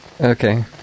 Okay